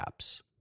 apps